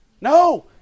No